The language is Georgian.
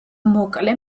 მოკლე